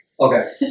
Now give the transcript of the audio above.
Okay